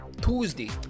Tuesday